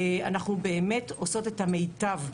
אנחנו עושות את המיטב בנושא.